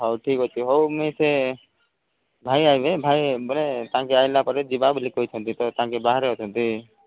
ହଉ ଠିକ୍ ଅଛି ହଉ ମୁଇଁ ସେ ଭାଇ ଆସିବେ ଭାଇ ବୋଲେ ତାଙ୍କେ ଆସିଲା ପରେ ଯିବା ବୋଲି କହିଛନ୍ତି ତ ତାଙ୍କେ ବାହାରେ ଅଛନ୍ତି